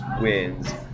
wins